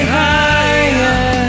higher